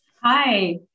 Hi